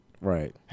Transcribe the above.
Right